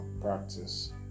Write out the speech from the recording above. practice